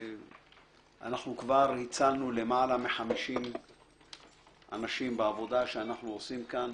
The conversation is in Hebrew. אנחנו כבר הצלחנו למעלה מ-50 אנשים בעבודה שעושים כאן.